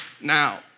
now